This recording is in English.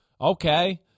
okay